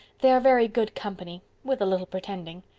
they are very good company. with a little pretending.